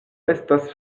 estas